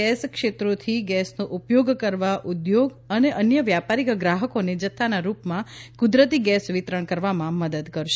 gas ક્ષેત્રોથી ગેસનો ઉપયોગ કરવા ઉદ્યોગો અને અન્ય વ્યાપારીક ગ્રાહકોને જથ્થાના રૂપમાં કુદરતી ગેસ વિતરણ કરવામાં મદદ કરશે